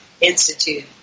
Institute